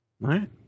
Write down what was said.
right